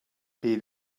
beat